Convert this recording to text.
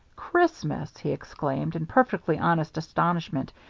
christmas! he exclaimed, in perfectly honest astonishment.